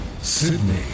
sydney